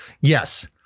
Yes